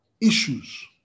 issues